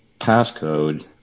passcode